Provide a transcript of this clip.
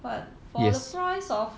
yes